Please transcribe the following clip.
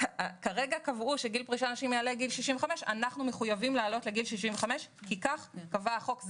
כרגע קבעו שגיל פרישה לנשים יעלה לגיל 65. אנחנו מחויבים להעלות לגיל 65 כי כך קבע החוק.